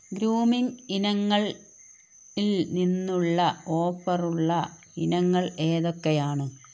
grooming ഇനങ്ങൾ ഇൽ നിന്നുള്ള ഓഫറുള്ള ഇനങ്ങൾ ഏതൊക്കെയാണ്